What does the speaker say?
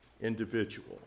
individual